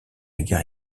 guerre